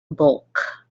bulk